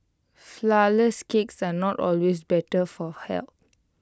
Flourless Cakes are not always better for health